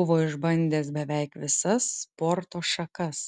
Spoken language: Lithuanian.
buvo išbandęs beveik visas sporto šakas